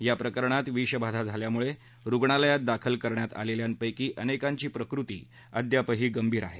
या प्रकरणात विषबाधा झाल्यामुळं रुग्णालयात दाखल करण्यात आलेल्यांपैकी अनेकांची प्रकृती अधाप गंभीर आहे